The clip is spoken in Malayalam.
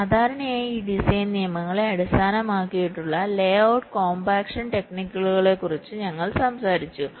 സാധാരണയായി ഈ ഡിസൈൻ നിയമങ്ങളെ അടിസ്ഥാനമാക്കിയുള്ള ലേഔട്ട് കോംപാക്ഷൻ ടെക്നിക്കുകളെക്കുറിച്ച് ഞങ്ങൾ സംസാരിച്ചു